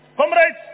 Comrades